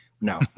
no